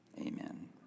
amen